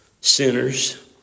sinners